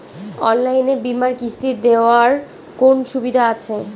অনলাইনে বীমার কিস্তি দেওয়ার কোন সুবিধে আছে?